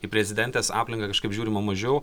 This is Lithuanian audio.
į prezidentės aplinką kažkaip žiūrima mažiau